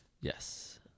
Yes